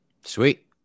Sweet